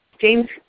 James